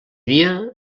dia